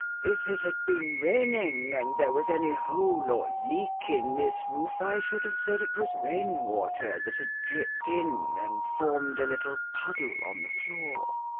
if it had been raining and there was any hole or leak in this roof, i should have said it was rainwater that had dripped in and formed a little puddle on the floor.